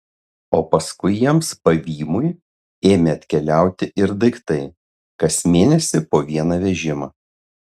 o paskui jiems pavymui ėmė atkeliauti ir daiktai kas mėnesį po vieną vežimą